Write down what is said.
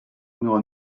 nur